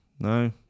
No